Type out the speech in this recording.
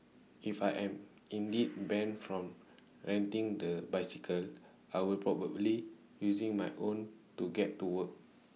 if I am indeed banned from renting the bicycle I will probably using my own to get to work